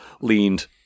leaned